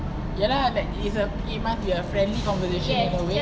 ya lah like is a it must be a friendly conversation in a way